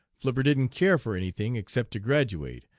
flipper didn't care for any thing except to graduate,